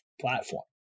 platform